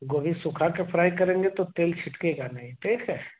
गोभी सूखाकर फ्राई करेंगे तो तेल छिटकेगा नहीं ठीक है